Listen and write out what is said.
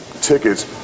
tickets